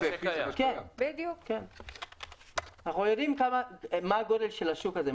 אנחנו יודעים מה הגודל של השוק הזה,